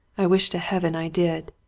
i wish to heaven i did!